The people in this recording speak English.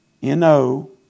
N-O